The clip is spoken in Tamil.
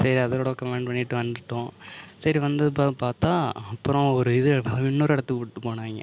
சரி அதோட கமெண்ட் பண்ணிட்டு வந்துட்டோம் சரி வந்து அப்புறம் பார்த்தா அப்புறம் ஒரு இது இன்னொரு இடத்துக்கு கூட்டு போனாங்க